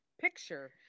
picture